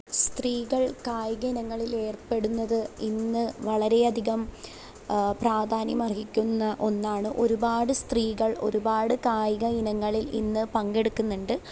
സ്ത്രീകൾ കായിക ഇനങ്ങളിൽ ഏർപ്പെടുന്നത് ഇന്ന് വളരെ അധികം പ്രാധാന്യമർഹിക്കുന്ന ഒന്നാണ് ഒരുപാട് സ്ത്രീകൾ ഒരുപാട് കായിക ഇനങ്ങളിൽ ഇന്ന് പങ്കെടുക്കുന്നുണ്ട്